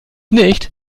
nicht